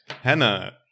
Hannah